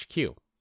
HQ